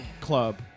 club